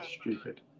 stupid